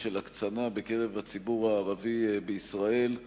של הקצנה בקרב הציבור הערבי בישראל,